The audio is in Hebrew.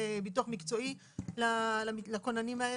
ביטוח מקצועי לכוננים האלה?